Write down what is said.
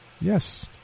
yes